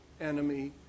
enemy